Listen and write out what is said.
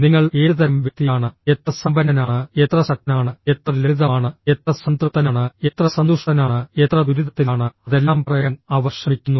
നിങ്ങൾ ഏതുതരം വ്യക്തിയാണ് എത്ര സമ്പന്നനാണ് എത്ര ശക്തനാണ് എത്ര ലളിതമാണ് എത്ര സംതൃപ്തനാണ് എത്ര സന്തുഷ്ടനാണ് എത്ര ദുരിതത്തിലാണ് അതെല്ലാം പറയാൻ അവർ ശ്രമിക്കുന്നു